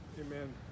amen